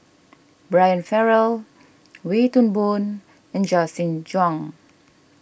Brian Farrell Wee Toon Boon and Justin Zhuang